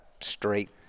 straight